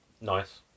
Nice